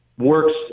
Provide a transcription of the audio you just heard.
works